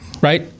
right